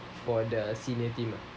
for the senior team lah